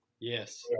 Yes